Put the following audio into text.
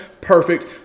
perfect